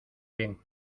bien